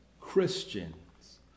Christians